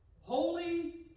Holy